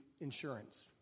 insurance